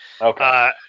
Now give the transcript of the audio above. Okay